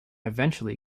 eventually